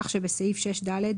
כך שבסעיף 61(ד),